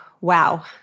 Wow